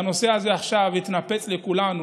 והנושא הזה עכשיו התנפץ לכולנו,